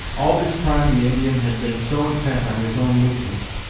all this time the indian had been so intent on his own movements,